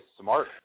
Smart